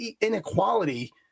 inequality